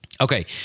Okay